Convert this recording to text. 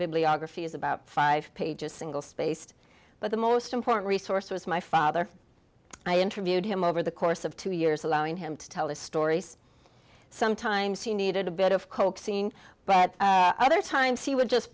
bibliography is about five pages single spaced but the most important resource was my father i interviewed him over the course of two years allowing him to tell the stories sometimes he needed a bit of coaxing but other times he would just